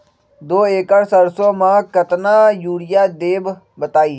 दो एकड़ सरसो म केतना यूरिया देब बताई?